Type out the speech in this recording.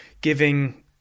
giving